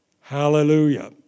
Hallelujah